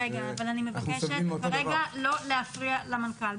אבל אני מבקשת לא להפריע למנכ"ל.